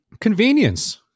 Convenience